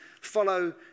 follow